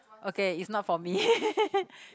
okay it's not for me